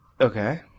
Okay